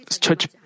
church